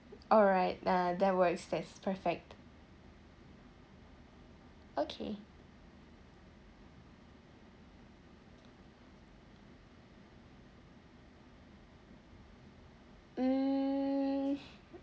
alright uh that works that's perfect okay mm